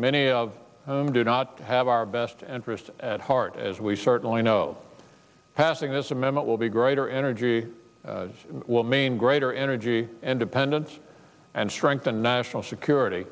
many of whom do not have our best interests at heart as we certainly know passing this amendment will be greater energy will mean greater energy independence and strengthen national security